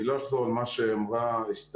אני לא אחזור על מה שאמרה אסתר.